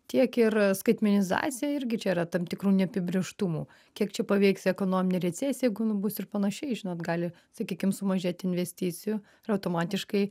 tiek ir skaitmenizacija irgi čia yra tam tikrų neapibrėžtumų kiek čia paveiks ekonominė recesija jeigu jinai bus ir panašiai žinot gali sakykim sumažėt investicijų ir automatiškai